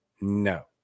no